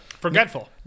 Forgetful